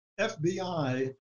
FBI